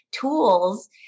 tools